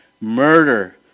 murder